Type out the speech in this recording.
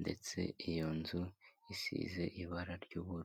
ndetse iyo nzu isize ibara ry'uburu.